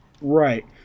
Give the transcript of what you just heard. Right